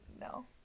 no